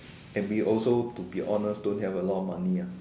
and we also to be honest don't have a lot of money ah